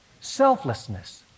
selflessness